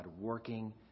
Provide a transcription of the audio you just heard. working